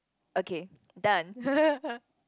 okay done